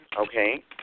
okay